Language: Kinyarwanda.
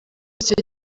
icyo